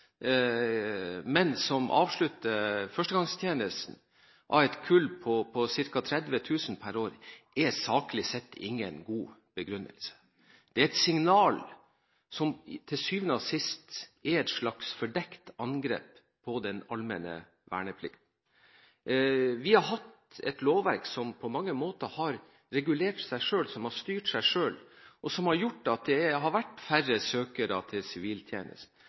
som avslutter førstegangstjenesten av et kull på ca. 60 000 per år, er saklig sett ingen god begrunnelse. Det er et signal som til syvende og sist er et slags fordekt angrep på den allmenne verneplikt. Vi har hatt et lovverk som på mange måter har regulert seg selv, som har styrt seg selv, og som har gjort at det har vært færre søkere til siviltjenesten.